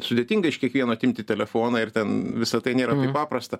sudėtinga iš kiekvieno atimti telefoną ir ten visa tai nėra paprasta